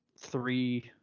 three